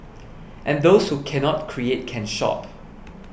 and those who cannot create can shop